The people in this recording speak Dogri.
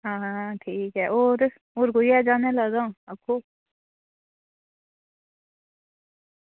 हां ठीक ऐ होर होर कोई ऐ जाने आह्ला तां आक्खो